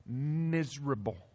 miserable